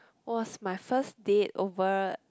was my first date over